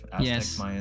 yes